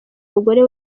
mugore